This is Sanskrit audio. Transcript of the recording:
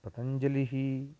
पतञ्जलिः